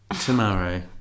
Tomorrow